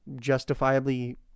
justifiably